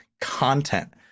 content